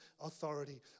authority